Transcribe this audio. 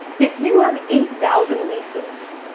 if you have eight thousand leases.